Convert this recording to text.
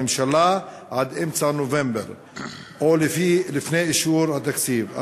ממשלה עד אמצע נובמבר או לפני אישור התקציב,